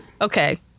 Okay